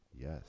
yes